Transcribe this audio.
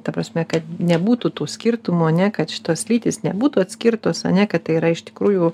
ta prasme kad nebūtų tų skirtumų ane kad šitos lytys nebūtų atskirtos ane kad tai yra iš tikrųjų